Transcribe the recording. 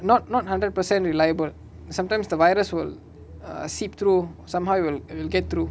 not not hundred percent reliable sometimes the virus will err seep through somehow will get through